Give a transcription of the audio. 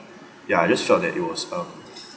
ya just shocked that it was um